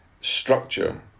structure